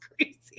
crazy